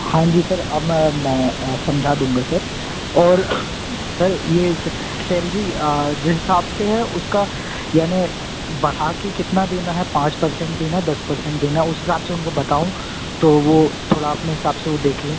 हांजी सर अब मैं समझा दूँगा सर और सर ये सैलरी जिस हिसाब से है उसका यानी बढ़ा के कितना देना है पाँच परसेंट देना दस परसेंट देना है उस हिसाब से उनको बताऊँ तो वो थोड़ा अपने हिसाब से वो देख लें